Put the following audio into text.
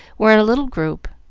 were in a little group,